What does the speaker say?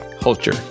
culture